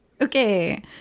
Okay